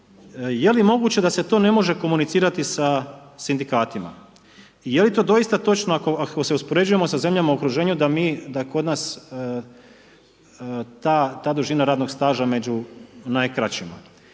je li moguće da se to ne može komunicirati sa sindikatima? I je li to doista točno ako se uspoređujemo sa zemljama u okruženju da mi, da je kod nas ta dužina radnog staža među najkraćima.